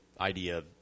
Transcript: idea